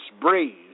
breeze